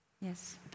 Yes